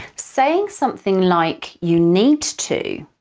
saying something like, you need to,